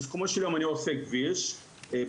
שבסיכומו של יום אני עושה כביש בתוואי